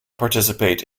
participate